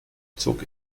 zog